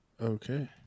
Okay